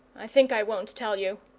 i think i won't tell you.